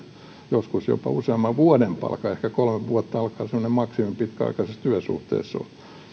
joskus jopa useamman vuoden palkka ehkä kolme vuotta alkaa olla semmoinen maksimi pitkäaikaisessa työsuhteessa